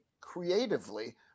creatively